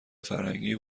فرهنگی